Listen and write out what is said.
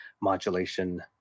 modulation